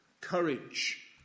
Courage